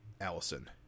Allison